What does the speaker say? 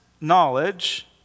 knowledge